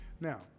Now